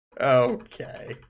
Okay